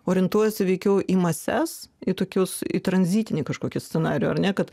orientuojasi veikiau į mases į tokius į tranzitinį kažkokį scenarijų ar ne kad